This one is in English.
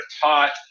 taught